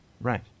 right